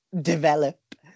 develop